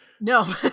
No